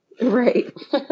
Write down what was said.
Right